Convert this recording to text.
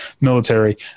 military